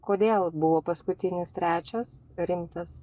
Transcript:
kodėl buvo paskutinis trečias rimtas